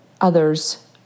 others